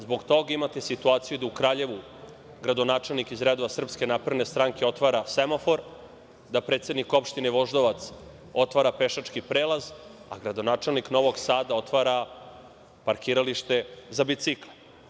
Zbog toga imate situaciju da u Kraljevu gradonačelnik iz redova SNS otvara semafor, da predsednik opštine Voždovac otvara pešački prelaz, a gradonačelnik Novog Sada otvara parkiralište za bicikle.